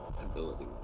ability